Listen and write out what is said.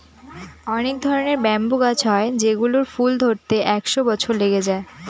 অনেক ধরনের ব্যাম্বু গাছ হয় যেগুলোর ফুল ধরতে একশো বছর লেগে যায়